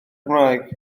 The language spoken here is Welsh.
cymraeg